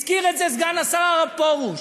הזכיר את זה סגן השר פרוש.